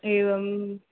एवम्